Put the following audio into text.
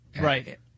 Right